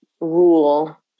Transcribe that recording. rule